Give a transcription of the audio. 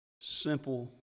simple